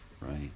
Right